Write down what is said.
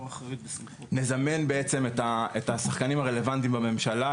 נזמן בעצם את השחקנים הרלוונטיים בממשלה,